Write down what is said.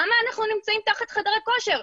למה אנחנו נמצאים תחת חדרי כושר?